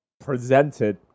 presented